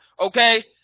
Okay